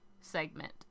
segment